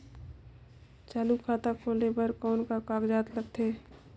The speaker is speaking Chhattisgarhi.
चालू खाता खोले बर कौन का कागजात लगथे?